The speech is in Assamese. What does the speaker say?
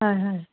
হয় হয়